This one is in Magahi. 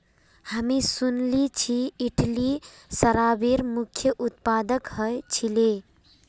हामी सुनिल छि इटली शराबेर मुख्य उत्पादक ह छिले